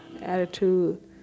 attitude